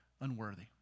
unworthy